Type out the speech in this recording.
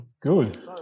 good